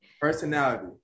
Personality